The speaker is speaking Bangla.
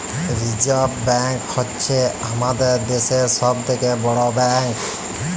রিসার্ভ ব্ব্যাঙ্ক হ্য়চ্ছ হামাদের দ্যাশের সব থেক্যে বড় ব্যাঙ্ক